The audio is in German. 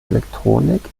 elektronik